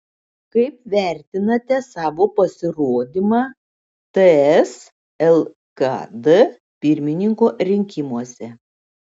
kaip vertinate savo pasirodymą ts lkd pirmininko rinkimuose